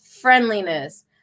friendliness